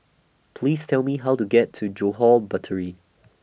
Please Tell Me How to get to Johore Battery